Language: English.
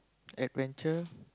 adventure